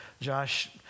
josh